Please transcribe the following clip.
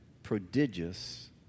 prodigious